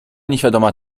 nieświadoma